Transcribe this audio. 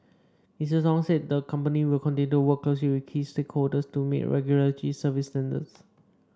Mister Tong said the company will continue to work closely with key stakeholders to meet regulatory service standards